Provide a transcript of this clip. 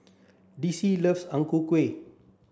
Dicy loves Ang Ku Kueh